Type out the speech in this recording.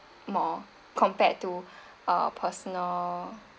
more compared to uh personal